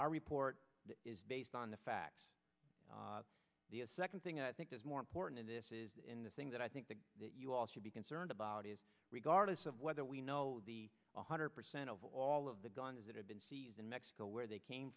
our report is based on the facts the second thing i think is more important and this is in the things that i think that you all should be concerned about is regardless of whether we know one hundred percent of all of the guns that have been seized in mexico where they came